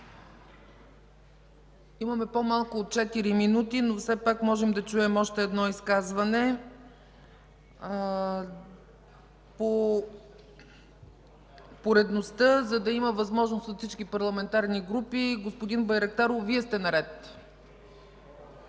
Имаме по-малко от 4 минути, но все пак можем да чуем още едно изказване по поредността, за да има възможност за всички парламентарни групи. Господин Байрактаров, Вие сте наред.